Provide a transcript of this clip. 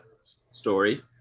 story